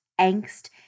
angst